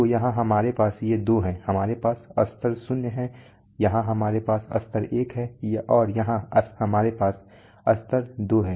तो यहाँ हमारे पास ये दो हैं हमारे पास स्तर शून्य है यहाँ हमारे पास स्तर एक है और यहाँ हमारे पास स्तर दो है